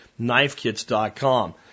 KnifeKits.com